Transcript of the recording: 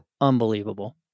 Unbelievable